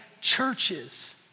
churches